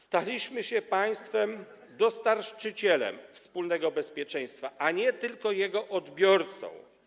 Staliśmy się państwem dostarczycielem wspólnego bezpieczeństwa, a nie tylko jego odbiorcą.